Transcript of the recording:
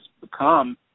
become